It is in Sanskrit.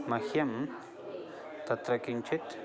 मह्यं तत्र किञ्चित्